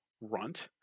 runt